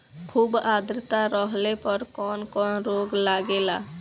खुब आद्रता रहले पर कौन कौन रोग लागेला?